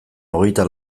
hogeita